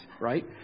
right